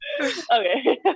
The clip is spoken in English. Okay